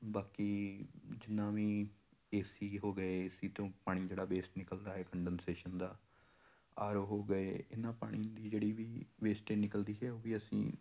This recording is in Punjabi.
ਬਾਕੀ ਜਿੰਨਾ ਵੀ ਏ ਸੀ ਹੋ ਗਏ ਏ ਸੀ ਤੋਂ ਪਾਣੀ ਜਿਹੜਾ ਵੇਸਟ ਨਿਕਲਦਾ ਹੈ ਕੰਡਨਸੇਸ਼ਨ ਦਾ ਆਰ ਓ ਹੋ ਗਏ ਇਹਨਾਂ ਪਾਣੀ ਦੀ ਜਿਹੜੀ ਵੀ ਵੇਸਟੇਜ ਨਿਕਲਦੀ ਹੈ ਉਹ ਵੀ ਅਸੀਂ